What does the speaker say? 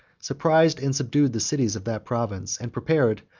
surprised and subdued the cities of that province, and prepared,